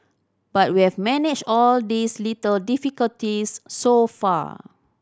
but we have managed all these little difficulties so far